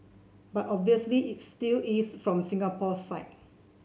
but obviously it still is from Singapore's side